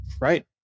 Right